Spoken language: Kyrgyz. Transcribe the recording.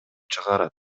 чыгарат